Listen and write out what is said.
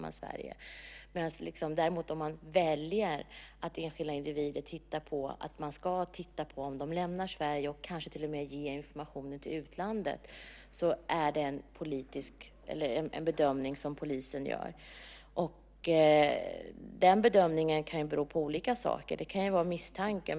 Men väljer man att man ska titta på om enskilda individer lämnar Sverige och kanske till och med ge den informationen till utlandet så är det en bedömning som polisen gör. Den bedömningen kan ju bero på olika saker. Det kan ju vara misstankar.